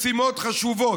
משימות חשובות.